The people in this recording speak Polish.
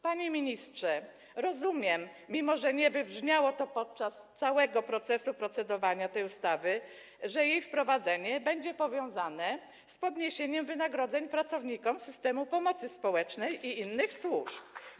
Panie ministrze, rozumiem, mimo że nie wybrzmiało to w trakcie całego procesu procedowania tej ustawy, że jej wprowadzenie będzie powiązane z podniesieniem wynagrodzeń pracowników systemu pomocy społecznej i innych służb.